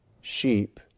sheep